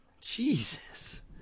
Jesus